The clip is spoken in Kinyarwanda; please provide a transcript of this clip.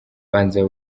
banza